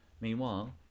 Meanwhile